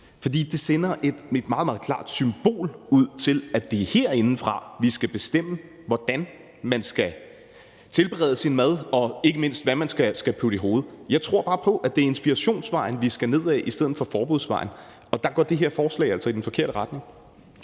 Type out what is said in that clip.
For det sender et meget, meget klart symbol ud om, at det er herindefra, vi skal bestemme, hvordan man skal tilberede sin mad, og ikke mindst, hvad man skal putte i hovedet. Jeg tror bare på, at det er inspirationsvejen, vi skal ned ad, i stedet for forbudsvejen, og der går det her forslag altså i den forkerte retning.